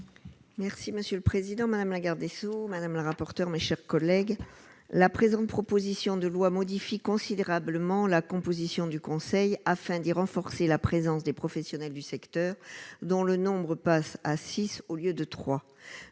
Merci monsieur le président, madame la garde des sceaux, madame la rapporteure, mes chers collègues, la présente proposition de loi modifie considérablement la composition du Conseil afin d'y renforcer la présence des professionnels du secteur, dont le nombre passe à 6 au lieu de 3